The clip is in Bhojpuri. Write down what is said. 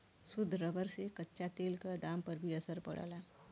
शुद्ध रबर से कच्चा तेल क दाम पर भी असर पड़ला